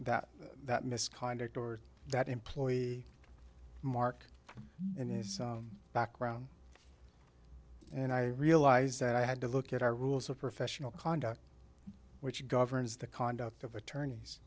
that that misconduct or that employee mark and his background and i realize that i had to look at our rules of professional conduct which governs the conduct of attorneys